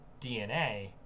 DNA